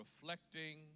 reflecting